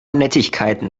nettigkeiten